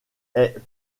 est